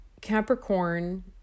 Capricorn